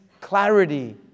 clarity